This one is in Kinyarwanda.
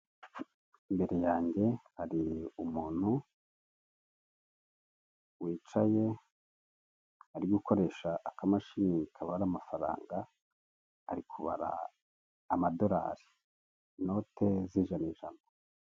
Imbere yanjye hari umuntu wicaye ari gukoresha akamashini kaba n'amafaranga ari kubara amadorari, inote z'ijana ijana.